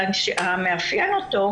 והמאפיין אותו,